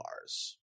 bars